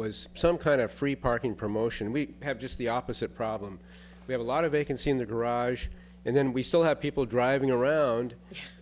was some kind of free parking promotion we have just the opposite problem we have a lot of vacancy in the garage and then we still have people driving around